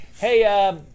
Hey